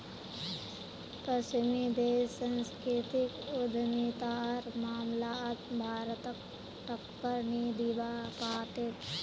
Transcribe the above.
पश्चिमी देश सांस्कृतिक उद्यमितार मामलात भारतक टक्कर नी दीबा पा तेक